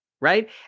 Right